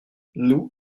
nous